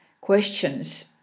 questions